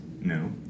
No